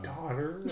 Daughter